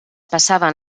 passaven